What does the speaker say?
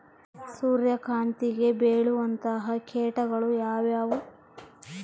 ಸೂರ್ಯಕಾಂತಿಗೆ ಬೇಳುವಂತಹ ಕೇಟಗಳು ಯಾವ್ಯಾವು?